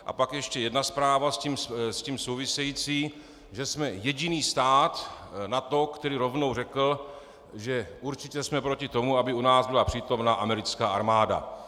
A pak ještě jedna zpráva s tím související, že jsme jediný stát NATO, který rovnou řekl, že určitě jsme proti tomu, aby u nás byla přítomna americká armáda.